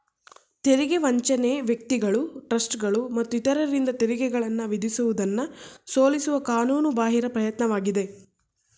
ತೆರಿಗೆ ವಂಚನೆ ವ್ಯಕ್ತಿಗಳು ಟ್ರಸ್ಟ್ಗಳು ಮತ್ತು ಇತರರಿಂದ ತೆರಿಗೆಗಳನ್ನ ವಿಧಿಸುವುದನ್ನ ಸೋಲಿಸುವ ಕಾನೂನು ಬಾಹಿರ ಪ್ರಯತ್ನವಾಗಿದೆ